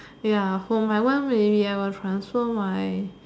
ya for my one maybe I will transfer my